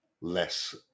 less